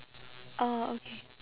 oh okay